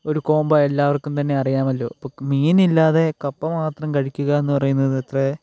ഒരു കോംബോ എല്ലാവർക്കും തന്നെ അറിയാമല്ലോ പ്പ മീനില്ലാതെ കപ്പ മാത്രം കഴിക്കുക എന്ന് പറയുന്നത് അത്ര